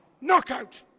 knockout